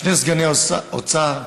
סגני אוצר.